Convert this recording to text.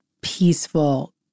peaceful